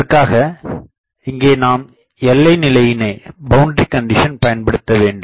அதற்காக இங்கே நாம் எல்லை நிலையினை பயன்படுத்தவேண்டும்